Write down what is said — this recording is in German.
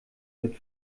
mit